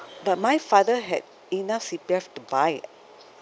but my father had enough C_P_F to buy